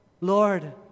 Lord